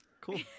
Cool